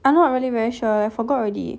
I'm not really very sure I forgot already